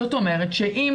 זאת אומרת שאם